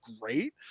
great